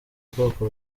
ubwoko